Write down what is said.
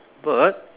bird